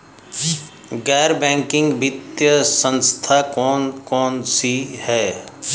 गैर बैंकिंग वित्तीय संस्था कौन कौन सी हैं?